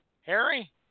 Harry